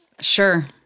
Sure